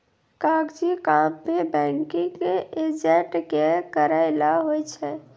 कागजी काम भी बैंकिंग एजेंट के करय लै होय छै